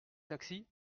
taxi